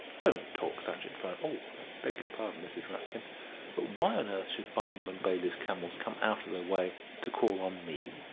don't talk such infernal i beg your pardon, mrs. rapkin but why on earth should barnum and bailey's camels come out of their way to call on me?